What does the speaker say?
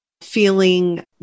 feeling